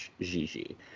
Gigi